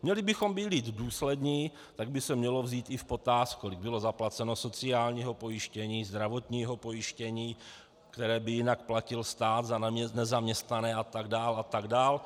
Mělili bychom být důslední, tak by se mělo vzít i v potaz, kolik bylo zaplaceno sociálního pojištění, zdravotního pojištění, které by jinak platil stát za nezaměstnané, a tak dál, a tak dále.